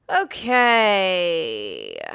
Okay